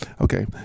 Okay